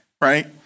Right